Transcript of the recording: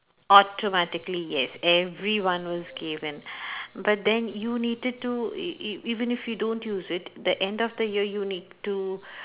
automatically yes everyone was given but then you needed to e~ e~ even if you don't use it the end of the year you need to